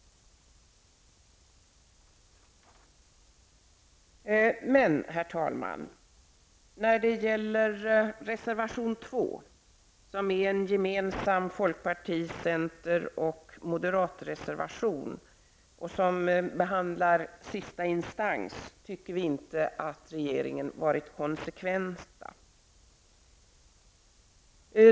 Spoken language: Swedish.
Vi tycker emellertid inte att regeringen har varit konsekvent när det gäller reservation 2, som är gemensam för folkpartiet, centern och moderaterna och som behandlar frågan om sista instans.